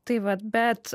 tai vat bet